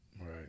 right